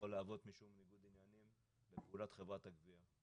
יכולות להיות כל מיני בקשות שעניינן בסדרי דין פרוצדורליים,